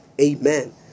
Amen